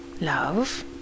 love